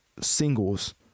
singles